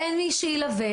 אין מי שילווה